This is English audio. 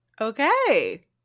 okay